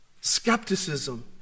Skepticism